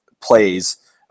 plays